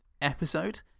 episode